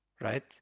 right